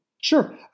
Sure